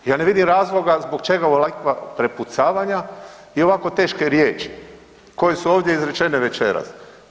Ja ne vidim razloga zbog čega ovakva prepucavanja i ovako teške riječi koje su ovdje izrečene večeras.